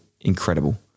incredible